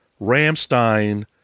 Ramstein